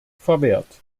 verwehrt